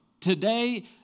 today